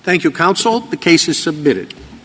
thank you counsel the case was submitted